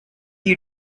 you